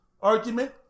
argument